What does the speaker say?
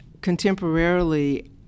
contemporarily